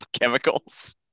chemicals